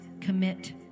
commit